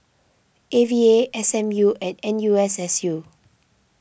A V A S M U and N U S S U